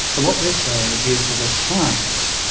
and what we're saying is that, at times,